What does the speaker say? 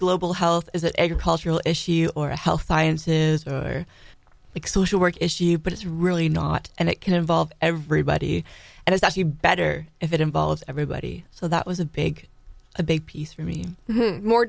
global health is that agricultural issue or a health sciences or exclusion work issue but it's really not and it can involve everybody and it's actually better if it involves everybody so that was a big a big piece for me more